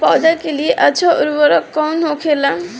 पौधा के लिए अच्छा उर्वरक कउन होखेला?